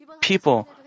people